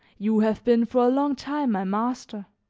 you have been for a long time my master.